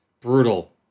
brutal